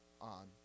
on